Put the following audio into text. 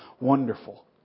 Wonderful